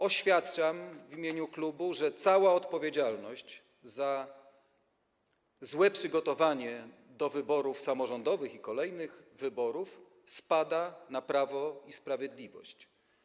Oświadczam w imieniu klubu, że cała odpowiedzialność za złe przygotowanie wyborów samorządowych i kolejnych wyborów spada na Prawo i Sprawiedliwość.